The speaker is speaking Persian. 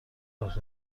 راه